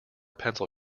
pencil